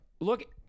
Look—